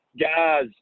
guys